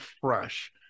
fresh